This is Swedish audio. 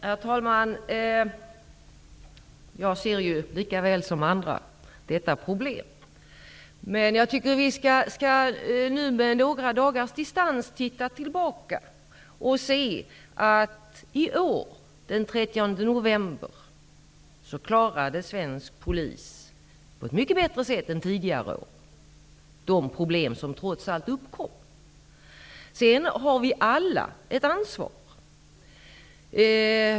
Herr talman! Jag ser ju likaväl som andra detta problem. Jag tycker att vi nu med några dagars distans skall titta tillbaka och se att den 30 november i år klarade svensk polis de problem som trots allt uppkom på ett mycket bättre sätt än tidigare år. Vi har alla ett ansvar.